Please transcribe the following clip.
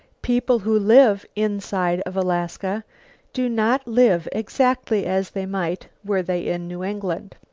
people who live inside of alaska do not live exactly as they might were they in new england.